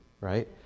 right